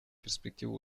перспективы